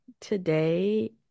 today